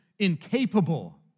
incapable